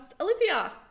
Olivia